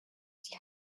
sie